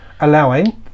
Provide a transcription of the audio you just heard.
allowing